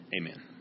Amen